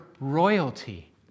royalty